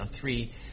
three